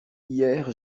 hier